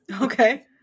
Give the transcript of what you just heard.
Okay